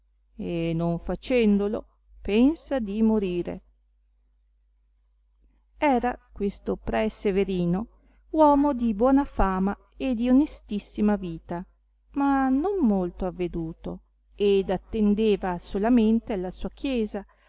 e non facendolo pensa di morire era questo pre severino uomo di buona fama e di onestissima vita ma non molto avveduto ed attendeva solamente alla sua chiesa